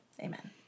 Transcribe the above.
Amen